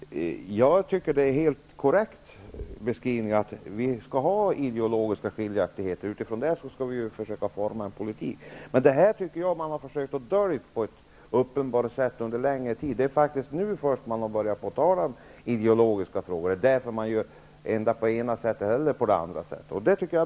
Fru talman! Jag tycker att det är en helt korrekt beskrivning att vi skall ha ideologiska skiljaktigheter. Utifrån dem skall vi försöka forma en politik. Men man har på ett uppenbart sätt försökt att dölja detta under en längre tid. Det är faktiskt först nu som man har börjat tala om ideologiska frågor. Det är bra att man gör det.